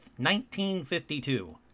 1952